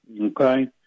Okay